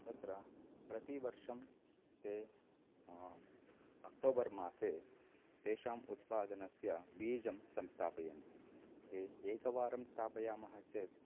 तत्र प्रतिवर्षं ते अक्टोबर् मासे तेषाम् उत्पादनस्य बीजं संस्थापयन्ति ते एकवारं स्थापयामः चेत्